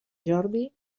jordi